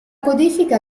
codifica